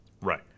Right